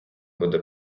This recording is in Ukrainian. буде